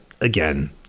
again